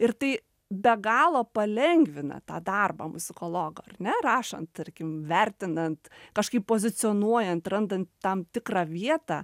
ir tai be galo palengvina tą darbą muzikologo ar ne rašant tarkim vertinant kažkaip pozicionuojant randant tam tikrą vietą